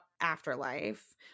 afterlife